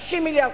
60 מיליארד,